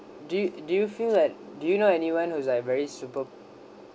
do you do you feel that do you know anyone who's like very superb